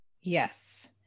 Yes